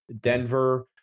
Denver